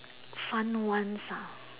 fun ones ah